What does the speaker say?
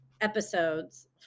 episodes